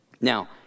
Now